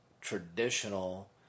traditional